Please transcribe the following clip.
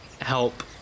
help